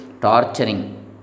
torturing